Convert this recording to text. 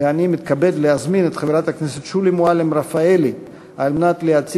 ואני מתכבד להזמין את חברת הכנסת שולי מועלם-רפאלי להציג